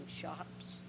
shops